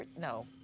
no